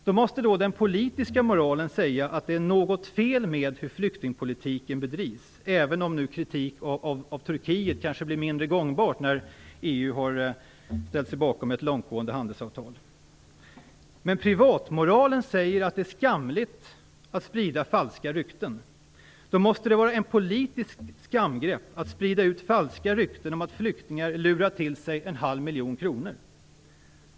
Då måste den politiska moralen säga att det är något som är fel med hur flyktingpolitiken bedrivs, även om kritik mot Turkiet kanske blir mindre gångbar nu när EU har ställt sig bakom ett långtgående handelsavtal med detta land. Privatmoralen säger att det är skamligt att sprida ut falska rykten. Då måste det vara ett politiskt skamgrepp att sprida ut falska rykten om att flyktingar har lurat till sig en halv miljon kronor.